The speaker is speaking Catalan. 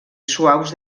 suaus